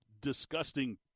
disgusting